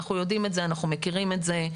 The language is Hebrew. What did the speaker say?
אנחנו יודעים את זה ומכירים את זה.